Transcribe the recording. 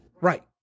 Right